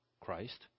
Christ